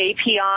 API